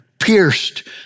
pierced